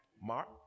Mark